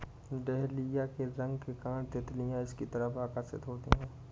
dahlia के रंग के कारण तितलियां इसकी तरफ आकर्षित होती हैं